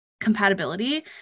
compatibility